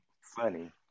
funny